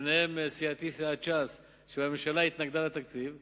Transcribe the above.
וביניהם סיעתי, סיעת ש"ס, שהתנגדה לתקציב בממשלה.